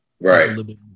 Right